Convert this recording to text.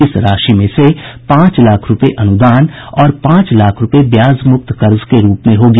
इस राशि में पांच लाख रूपये अनुदान और पांच लाख रूपये ब्याज मुक्त कर्ज के रूप में होगी